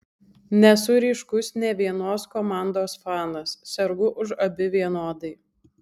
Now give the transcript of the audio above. nesu ryškus nė vienos komandos fanas sergu už abi vienodai